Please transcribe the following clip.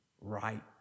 right